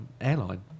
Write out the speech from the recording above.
airline